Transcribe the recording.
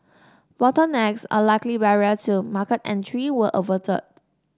bottlenecks a likely barrier to market entry were averted